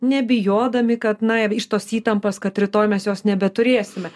nebijodami kad na ir iš tos įtampos kad rytoj mes jos nebeturėsime